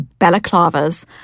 balaclavas